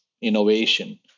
innovation